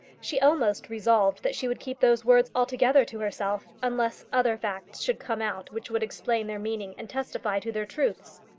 she almost resolved that she would keep those words altogether to herself, unless other facts should come out which would explain their meaning and testify to their truths.